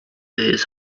his